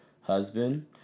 husband